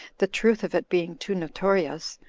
the truth of it being too notorious,